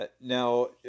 now